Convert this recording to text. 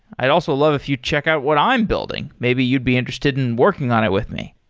i'd also love if you check out what i'm building. maybe you'd be interested in working on it with me.